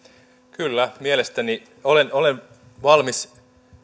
kyllä mielestäni olen olen valmis